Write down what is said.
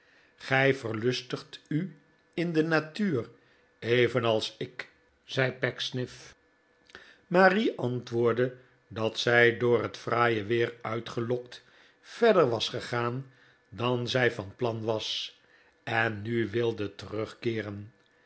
gij verlustigt u in de natuur evenals ik zei pecksniff marie antwoordde dat zij door het fraaie weer uitgelokt verder was gegaan dan zij van plan was en nu wilde terugkeeren